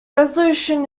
resolution